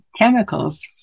chemicals